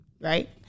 right